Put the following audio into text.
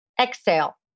exhale